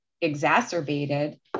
exacerbated